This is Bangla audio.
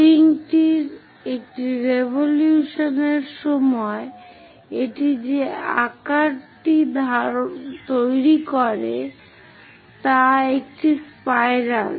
লিঙ্কটির একটি রেভোলুয়েশন এর সময় এটি যে আকারটি তৈরি করে তা একটি স্পাইরাল